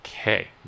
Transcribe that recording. Okay